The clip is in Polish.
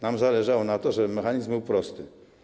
Nam zależało na tym, żeby mechanizm był prosty.